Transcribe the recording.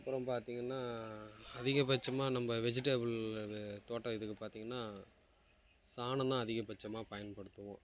அப்புறம் பார்த்தீங்கன்னா அதிகபட்சமாக நம்ம வெஜிடபில் இது தோட்ட இதுக்கு பார்த்தீங்கன்னா சாணந்தான் அதிகபட்சமாக பயன்படுத்துவோம்